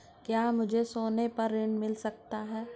क्या मुझे सोने पर ऋण मिल सकता है?